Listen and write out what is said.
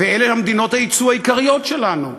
ואלה מדינות היצוא העיקריות שלנו,